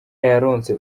yaronse